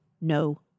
no